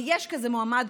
ויש כזה מועמד,